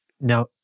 Now